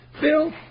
Bill